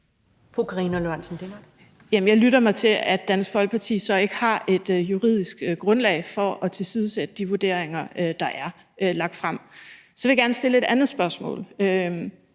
Karina Lorentzen Dehnhardt (SF): Jeg lytter mig til, at Dansk Folkeparti så ikke har et juridisk grundlag for at tilsidesætte de vurderinger, der er lagt frem. Så vil jeg gerne stille et andet spørgsmål,